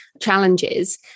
challenges